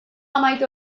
amaitu